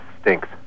stinks